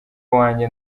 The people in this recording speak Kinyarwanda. wanjye